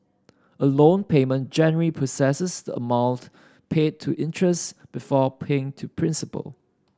a loan payment generally processes the amount paid to interest before paying to principal